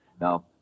Now